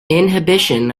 inhibition